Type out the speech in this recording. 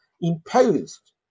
imposed